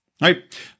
right